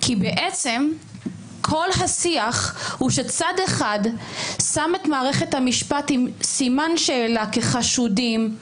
בעצם כל השיח הוא שצד אחד שם את מערכת המשפט עם סימן שאלה כחשודים,